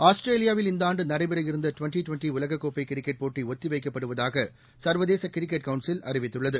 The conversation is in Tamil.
ஆஸ்திரேலியாவில் இந்த ஆண்டு நடைபெறவிருந்த ட்வென்டி ட்வென்டி உலக கோப்பை கிரிக்கெட் போட்டி ஒத்தி வைக்கப்படுவதாக சர்வதேச கிரிக்கெட் கவுன்சில் அறிவித்துள்ளது